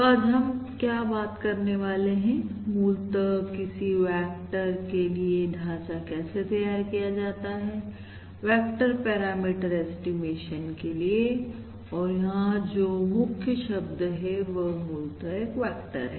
तो आज हम क्या बात करने वाले हैं मूलत किसी वेक्टर के लिए ढांचा कैसे तैयार किया जाता है वेक्टर पैरामीटर ऐस्टीमेशन के लिए और यहां जो मुख्य शब्द है वह मूलत एक वेक्टर है